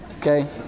Okay